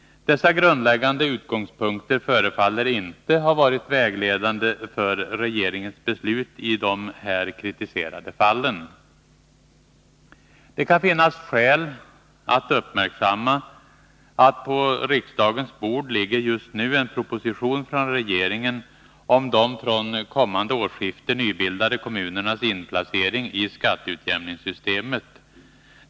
Dessa grundläggande utgångspunkter förefaller inte ha varit vägledande för regeringens beslut i de här kritiserade fallen. Det kan finnas skäl att uppmärksamma att på riksdagens bord ligger just nu en proposition från regeringen om de från kommande årsskiftet nybildade kommunernas inplacering i skatteutjämningssystemet.